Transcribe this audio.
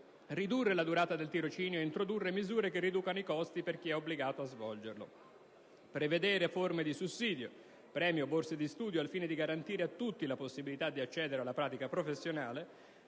ridurre la durata del tirocinio; a introdurre misure che riducano i costi per chi è obbligato a svolgerlo; a prevedere forme di sussidio (premi o borse di studio) al fine di garantire a tutti la possibilità di accedere alla pratica professionale;